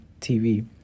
TV